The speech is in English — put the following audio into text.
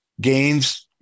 gains